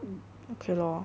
okay lor